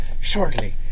shortly